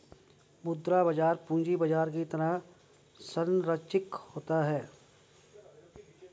मुद्रा बाजार पूंजी बाजार की तरह सरंचिक नहीं होता